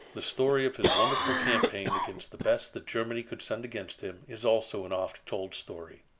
the story of his wonderful campaign against the best that germany could send against him is also an oft-told story.